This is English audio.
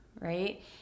right